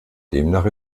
demnach